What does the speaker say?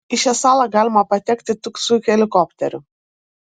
į šią salą galima patekti tik su helikopteriu